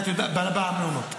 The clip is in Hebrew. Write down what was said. במעונות,